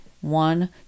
one